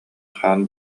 хаан